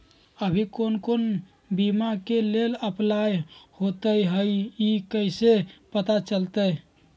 अभी कौन कौन बीमा के लेल अपलाइ होईत हई ई कईसे पता चलतई?